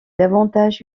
davantage